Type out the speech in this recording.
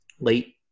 late